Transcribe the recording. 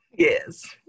Yes